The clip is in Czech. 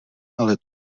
ale